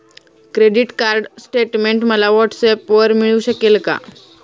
Credit card statement मला व्हॉट्सऍपवर मिळू शकेल का?